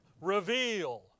reveal